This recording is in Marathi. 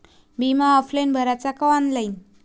बिमा ऑफलाईन भराचा का ऑनलाईन?